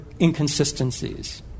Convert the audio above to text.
inconsistencies